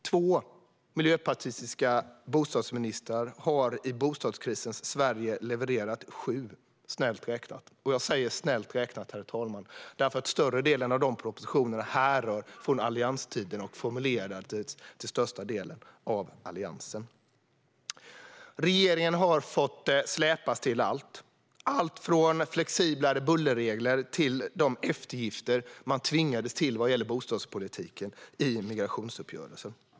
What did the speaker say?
Två miljöpartistiska bostadsministrar har i bostadskrisens Sverige levererat sju, snällt räknat. Jag säger snällt räknat, för större delen av dem härrör från allianstiden och formulerades till största delen av Alliansen. Regeringen har fått släpas till allt, alltifrån flexiblare bullerregler till de eftergifter i bostadspolitiken man tvingades till genom migrationsuppgörelsen.